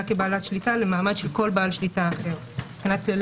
כבעלת שליטה למעמד של כל בעל שליטה אחר מבחינת כללי